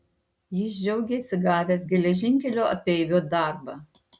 jis džiaugėsi gavęs geležinkelio apeivio darbą